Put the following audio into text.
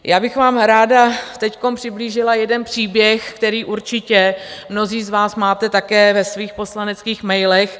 Já bych vám ráda teď přiblížila jeden příběh, který určitě mnozí z vás máte také ve svých poslaneckých mailech.